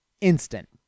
Instant